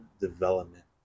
development